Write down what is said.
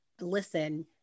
listen